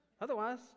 Otherwise